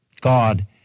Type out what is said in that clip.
God